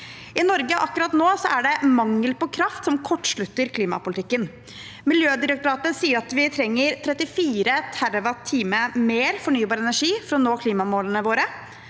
nå er det mangel på kraft som kortslutter klimapolitikken. Miljødirektoratet sier at vi trenger 34 TWh mer fornybar energi for å nå klimamålene våre.